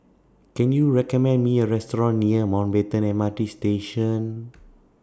Can YOU recommend Me A Restaurant near Mountbatten M R T Station